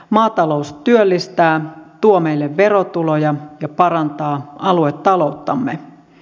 maatalous työllistää tuo meille verotuloja ja parantaa aluetalouttamme